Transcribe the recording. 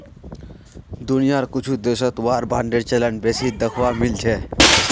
दुनियार कुछु देशत वार बांडेर चलन बेसी दखवा मिल छिले